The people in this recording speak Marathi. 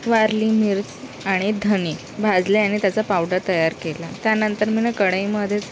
वाळली मिर्च आणि धने भाजले आणि त्याचा पावडर तयार केला त्यानंतर मी ना कढईमधेच